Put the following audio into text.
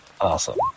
Awesome